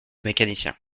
mécaniciens